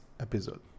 episode